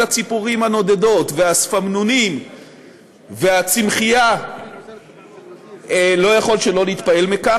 הציפורים הנודדות והשפמנונים והצמחייה לא יכול שלא להתפעל מכך.